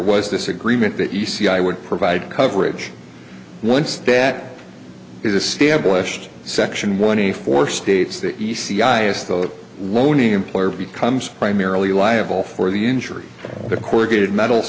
was this agreement that you see i would provide coverage once that is established section one eighty four states that u c i is the loaning employer becomes primarily liable for the injury of corrugated metal